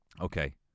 Okay